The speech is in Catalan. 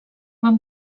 van